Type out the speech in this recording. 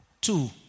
Two